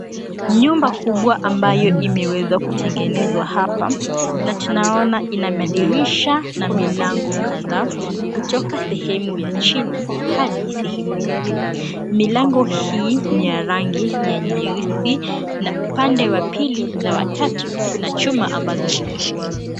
Nyumba kubwa ambayo imeweza kutengenezaa hapa, na tunaona ina madirisha na milango kadhaa kutoka sehemu ya chini hadi sehemu ya juu. Milango hii ni ya rangi ya nyeusi na upande wa pili na watatu kuna chuma ambazo zimeshikilia.